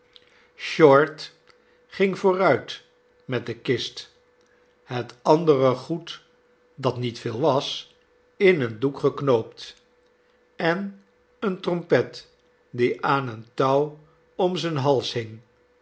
short ging vooruit met de kist het andere goed dat niet veel was in een doek geknoopt en eene trompet die aan een touw om zijn hals hing